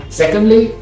secondly